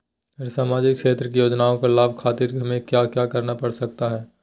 सामाजिक क्षेत्र की योजनाओं का लाभ खातिर हमें क्या क्या करना पड़ सकता है?